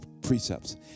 precepts